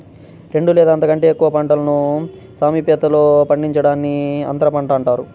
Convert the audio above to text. రెండు లేదా అంతకంటే ఎక్కువ పంటలను సామీప్యతలో పండించడాన్ని అంతరపంట అంటారు